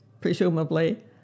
presumably